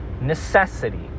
necessity